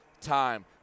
time